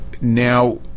now